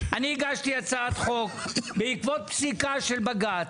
והגשתי הצעת חוק בעקבות פסיקה של בג"ץ,